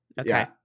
Okay